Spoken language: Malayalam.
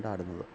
കൊണ്ടാടുന്നത്